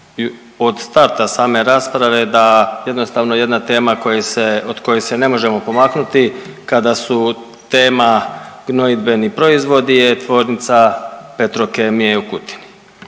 od starta same rasprave da jednostavno jedna tema koja se, od koje se ne možemo pomaknuti kada su tema gnojidbeni proizvodi je tvornica Petrokemije u Kutini.